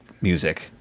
music